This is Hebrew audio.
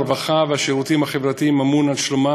הרווחה והשירותים החברתיים ממונה על שלומם